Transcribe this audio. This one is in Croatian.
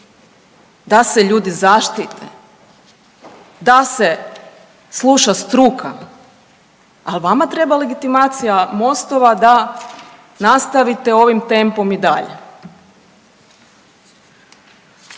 da se ljudi zaštite, da se sluša struka, ali vama treba legitimacija MOST-ova a nastavite ovim tempom i dalje.